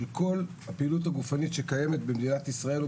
כל הפעילות הגופנית שקיימת במדינת ישראל,